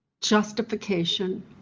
justification